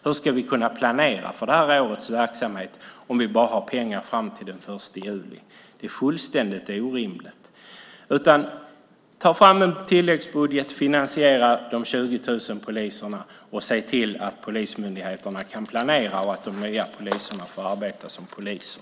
Hur ska vi kunna planera för det här årets verksamhet om vi bara har pengar fram till den 1 juli? Detta är fullständigt orimligt. Ta fram en tilläggsbudget, finansiera de 20 000 poliserna och säg till polismyndigheterna att de kan planera för att de nya poliserna får arbeta som poliser!